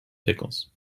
pickles